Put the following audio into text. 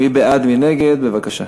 מי בעד, מי נגד, בבקשה.